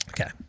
Okay